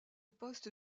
poste